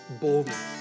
boldness